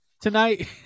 tonight